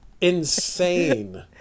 Insane